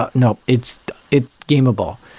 ah no, it's it's gamable,